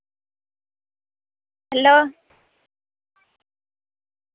hello